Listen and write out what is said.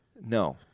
No